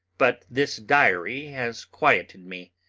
but this diary has quieted me,